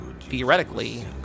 theoretically